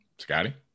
Scotty